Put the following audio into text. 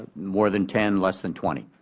more than ten, less than twenty.